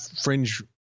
fringe